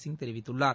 சிங் தெரிவித்துள்ளார்